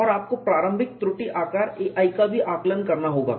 और आपको प्रारंभिक त्रुटि आकार ai का आकलन भी करना होगा